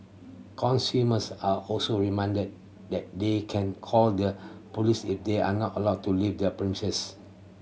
consumers are also reminded that they can call the police if they are not allowed to leave their princes